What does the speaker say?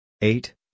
eight